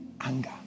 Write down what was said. Anger